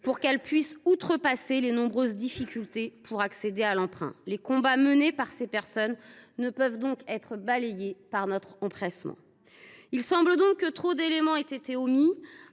afin qu’elles puissent outrepasser les nombreuses difficultés pour accéder à l’emprunt. Les combats menés ne peuvent être balayés par notre empressement. Il semble donc que trop d’éléments aient été omis.